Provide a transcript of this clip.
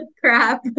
Crap